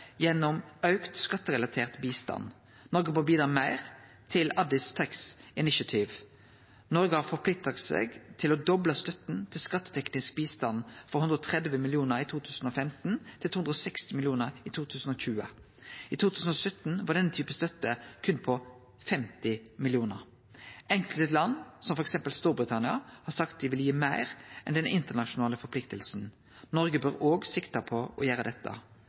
gjennom auka skatterelatert bistand. Noreg bør bidra meir til Addis Tax Initiative. Noreg har forplikta seg til å doble støtta til skatteteknisk bistand frå 130 mill. kr i 2015 til 260 mill. kr i 2020. I 2017 var denne typen støtte berre på 50 mill. kr. Enkelte land, som f.eks. Storbritannia, har sagt at dei vil gi meir enn den internasjonale forpliktinga. Noreg bør òg sikte på å gjere dette.